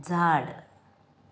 झाड